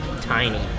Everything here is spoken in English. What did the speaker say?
tiny